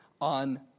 on